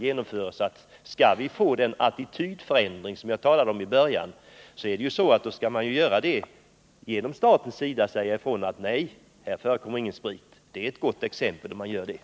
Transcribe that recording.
Skall vi åstadkomma den attitydförändring som jag talade om i början av mitt anförande, då måste staten kunna förbjuda spritförsäljning vid vissa tidpunkter. Det vore att föregå med gott exempel i kampen mot alkoholen.